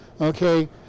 Okay